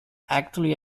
actually